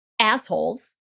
Assholes